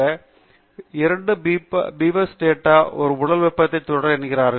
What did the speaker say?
இது இரண்டு பீவர்ஸ் ஒரு உடல் வெப்பநிலை தொடர் என்கிறார்